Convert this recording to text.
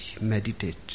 Meditate